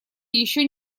еще